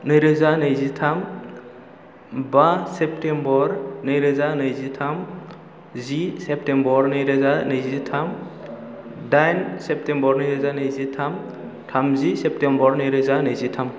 नैरोजा नैजिथाम बा सेप्तेम्बर नैरोजा नैजिथाम जि सेप्तेम्बर नैरोजा नैजिथाम दाइन सेप्तेम्बर नैरोजा नैजिथाम थामजि सेप्तेम्बर नैरोजा नैजिथाम